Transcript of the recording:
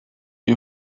die